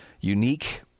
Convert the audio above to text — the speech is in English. unique